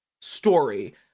story